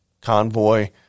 convoy